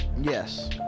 Yes